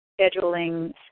scheduling